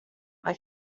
why